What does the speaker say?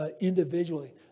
individually